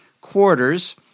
quarters